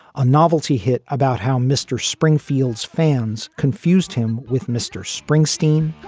a novelty hit about how mr. springfields fans confused him with mr. springsteen.